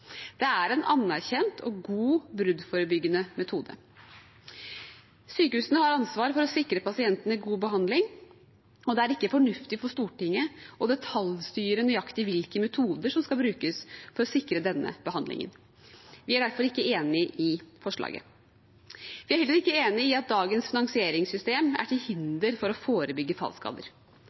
Det er en anerkjent og god bruddforebyggende metode. Sykehusene har ansvar for å sikre pasientene god behandling, og det er ikke fornuftig for Stortinget å detaljstyre nøyaktig hvilke metoder som skal brukes for å sikre denne behandlingen. Vi er derfor ikke enig i forslaget. Vi er heller ikke enig i at dagens finansieringssystem er til hinder for å forebygge fallskader.